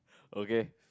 okay